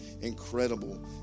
incredible